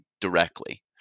directly